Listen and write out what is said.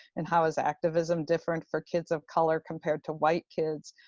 and how is activism different for kids of color compared to white kids?